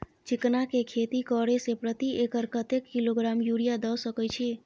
चिकना के खेती करे से प्रति एकर कतेक किलोग्राम यूरिया द सके छी?